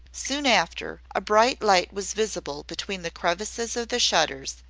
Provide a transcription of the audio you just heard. soon after, a bright light was visible between the crevices of the shutters,